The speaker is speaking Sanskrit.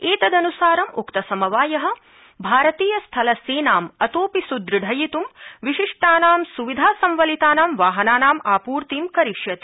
एतदनुसारं उक्तसमवाय भारतीय स्थल सेनां अतोपि सुदृढयित् विशिष्टानां स्विधासम्वलितानां वाहनानाम् आपूर्तिं करिष्यति